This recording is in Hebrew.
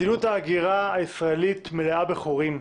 מדיניות ההגירה הישראלית מאלה בחורים,